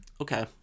Okay